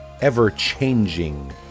ever-changing